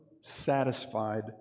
satisfied